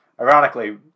Ironically